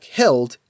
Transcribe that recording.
held